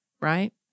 right